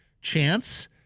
chance